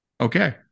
Okay